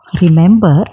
remember